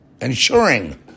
Ensuring